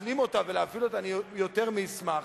להשלים אותה ולהפעיל אותה, אני יותר מאשמח,